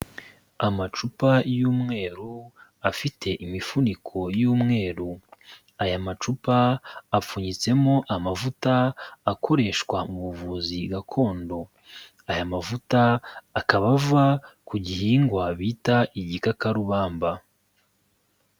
Amacupa y'umweru afite imifuniko y'umweru, aya macupa apfunyitsemo amavuta akoreshwa mu buvuzi gakondo, aya mavuta akaba ava ku gihingwa bita igikakarubamba.